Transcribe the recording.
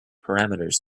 parameters